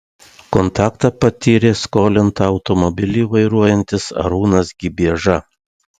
kontaktą patyrė skolinta automobilį vairuojantis arūnas gibieža